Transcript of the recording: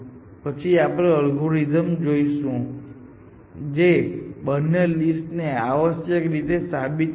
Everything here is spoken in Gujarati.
પછી આપણે એલ્ગોરિધમ જોઈશું જે બંને લિસ્ટ ને આવશ્યક રીતે સાબિત કરે છે